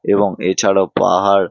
এবং এ ছাড়াও পাহাড়